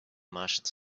martians